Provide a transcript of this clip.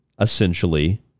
essentially